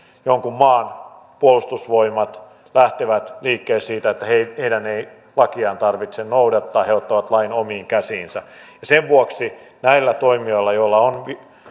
jonkun maan puolustusvoimat lähtevät liikkeelle siitä että heidän ei lakiaan tarvitse noudattaa ja he ottavat lain omiin käsiinsä sen vuoksi näiden toimijoiden joilla on